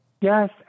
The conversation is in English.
yes